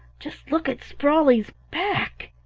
just look at sprawley's back!